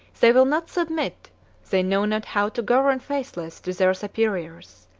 they will not submit they know not how to govern faithless to their superiors,